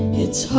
it's